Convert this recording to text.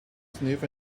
sniff